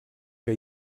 que